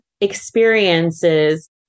experiences